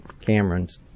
Cameron's